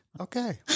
Okay